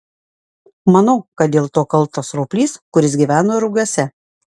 manau kad dėl to kaltas roplys kuris gyvena rugiuose